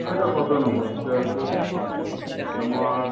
ওইটা কত নোব স্কোয়ার ফুট তোমার